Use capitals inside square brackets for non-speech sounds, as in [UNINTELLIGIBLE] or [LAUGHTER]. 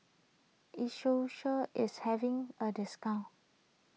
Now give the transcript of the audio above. [UNINTELLIGIBLE] is having a discount